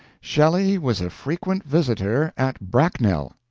shelley was a frequent visitor at bracknell.